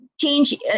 change